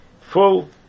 full